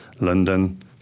London